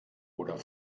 oder